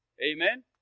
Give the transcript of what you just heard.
Amen